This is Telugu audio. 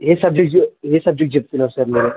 ఏ సబజెక్ట్సు ఏ సబ్జెక్ట్ చెప్తున్నాారు సార్ మీరు